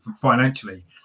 financially